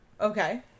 Okay